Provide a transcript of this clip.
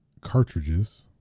cartridges